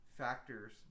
factors